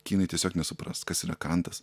kinai tiesiog nesupras kas yra kantas